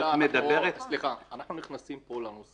עבד אל חכים חאג' יחיא (הרשימה המשותפת): אנחנו נכנסים פה לנושא